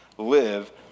live